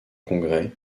congrès